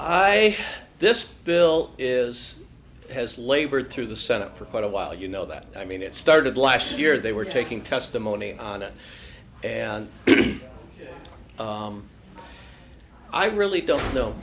i this bill is has labored through the senate for quite a while you know that i mean it started last year they were taking testimony on it and i really don't know